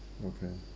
okay